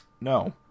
No